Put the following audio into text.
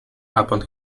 upon